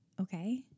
okay